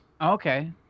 Okay